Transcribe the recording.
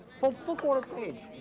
full full quarter-page.